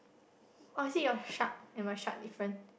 oh is it your shark and my shark different